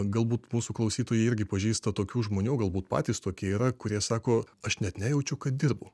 galbūt mūsų klausytojai irgi pažįsta tokių žmonių galbūt patys tokie yra kurie sako aš net nejaučiu kad dirbu